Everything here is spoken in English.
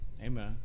Amen